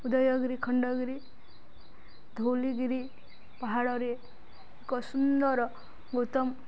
ଉଦୟଗିରି ଖଣ୍ଡଗିରି ଧଉଳିଗିରି ପାହାଡ଼ରେ ଏକ ସୁନ୍ଦର ଗୌତମ